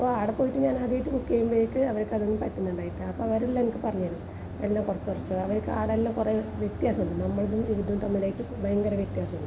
അപ്പോൾ അവിടെ പോയിട്ട് ഞാനാദ്യമായിട്ട് കുക്ക് ചെയ്യുമ്പഴേക്ക് അവർക്ക് അതൊന്നും പറ്റുന്നുണ്ടായില്ല അപ്പം അവരെല്ലാം എനിക്ക് പറഞ്ഞ് തന്നു എല്ലാം കുറച്ച് കുറച്ച് അവർക്ക് അവിടെയെല്ലാം കുറെ വ്യത്യാസമുണ്ട് നമ്മളുടെ ഇതും തമ്മിലായിട്ട് ഭയങ്കര വ്യത്യാസമുണ്ട്